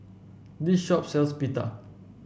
this shop sells Pita